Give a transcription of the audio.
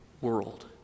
world